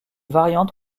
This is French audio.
variante